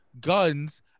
guns